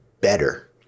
better